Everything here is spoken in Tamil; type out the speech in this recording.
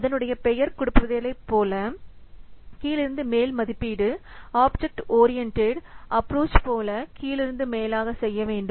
அதனுடைய பெயர் குறிப்பிடுவதை போல கீழிருந்து மேல் மதிப்பீடுஆப்ஜெக்ட் ஓரியண்டட் அப்ரோச் போல கீழிருந்து மேலாக செய்ய வேண்டும்